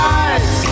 eyes